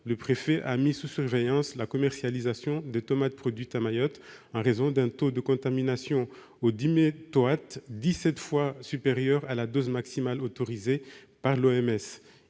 le préfet a mis sous surveillance la commercialisation des tomates produites à Mayotte, en raison d'un taux de contamination au diméthoate dix-sept fois supérieur à la dose maximale autorisée par